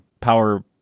power